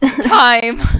Time